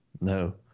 no